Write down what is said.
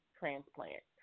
transplant